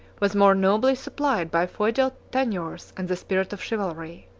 was more nobly supplied by feudal tenures and the spirit of chivalry.